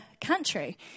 country